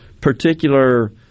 particular